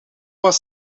was